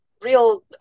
real